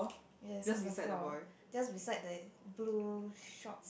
yes on the floor just beside the blue shorts